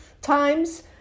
times